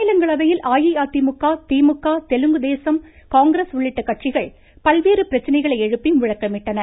மாநிலங்களவையில் அஇஅதிமுக திமுக தெலுங்குதேசம் காங்கிரஸ் உள்ளிட்ட கட்சிகள் பல்வேறு பிரச்சனைகளை எழுப்பி முழக்கமிட்டனர்